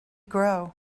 grow